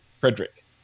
frederick